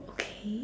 okay